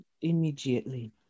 Immediately